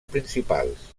principals